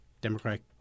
Democratic